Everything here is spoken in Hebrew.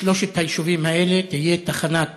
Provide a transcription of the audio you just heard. בשלושת היישובים האלה, תהיה תחנת